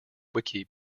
wiki